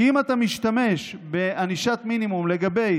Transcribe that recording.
כי אם אתה משתמש בענישת מינימום לגבי